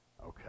Okay